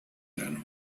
verano